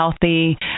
healthy